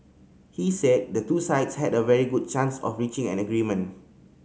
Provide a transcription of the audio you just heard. he said the two sides had a very good chance of reaching an agreement